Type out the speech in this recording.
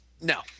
no